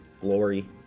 glory